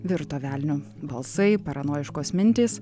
virto velniu balsai paranojiškos mintys